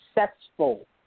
successful –